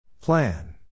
Plan